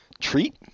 treat